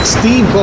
Steve